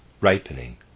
Ripening